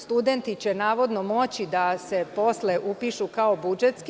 Studenti će navodno moći da se posle upišu kao budžetski.